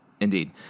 Indeed